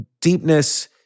Deepness